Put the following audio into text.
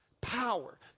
power